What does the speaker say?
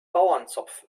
bauernzopf